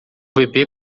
bebê